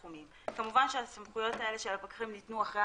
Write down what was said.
כמובן שהסמכויות האלה ניתנו לפקחים אחרי